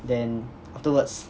then afterwards